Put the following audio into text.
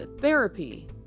therapy